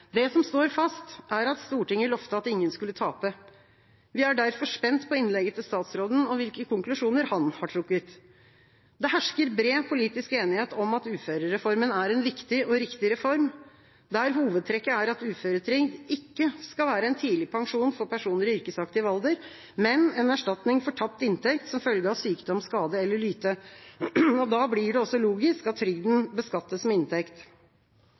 Det som står fast, er at Stortinget lovte at ingen skulle tape. Vi er derfor spent på innlegget til statsråden og hvilke konklusjoner han har trukket. Det hersker bred politisk enighet om at uførereformen er en viktig og riktig reform, der hovedtrekket er at uføretrygd ikke skal være en tidlig pensjon for personer i yrkesaktiv alder, men en erstatning for tapt inntekt som følge av sykdom, skade eller lyte. Da blir det også logisk at trygden beskattes som inntekt.